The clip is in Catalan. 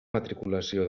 matriculació